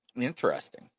Interesting